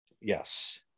yes